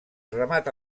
remata